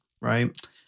right